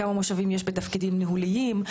כמה מושבים יש בתפקידים ניהוליים,